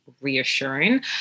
reassuring